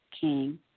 King